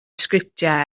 sgriptiau